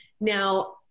Now